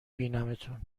بینمتون